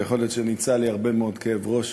ויכול להיות שניצלתי מהרבה מאוד כאב ראש